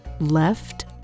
left